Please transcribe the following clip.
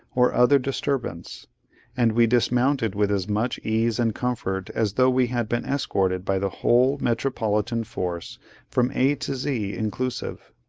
or other disturbance and we dismounted with as much ease and comfort as though we had been escorted by the whole metropolitan force from a to z inclusive.